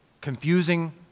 confusing